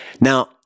Now